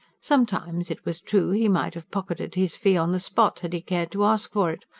sometimes, it was true, he might have pocketed his fee on the spot, had he cared to ask for it.